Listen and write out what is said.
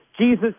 Jesus